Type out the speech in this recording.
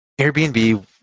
Airbnb